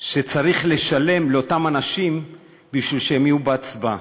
שצריך לשלם לאותם אנשים בשביל שהם יהיו בהצבעה.